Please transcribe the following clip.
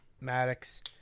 Maddox